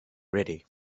ready